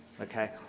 okay